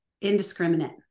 indiscriminate